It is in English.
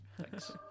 Thanks